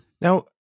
Now